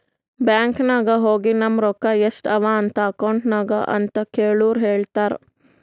bank ನಾಗ್ ಹೋಗಿ ನಮ್ ರೊಕ್ಕಾ ಎಸ್ಟ್ ಅವಾ ಅಕೌಂಟ್ನಾಗ್ ಅಂತ್ ಕೇಳುರ್ ಹೇಳ್ತಾರ್